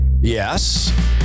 yes